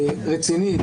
רצינית,